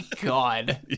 god